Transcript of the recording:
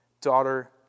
daughter